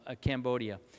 Cambodia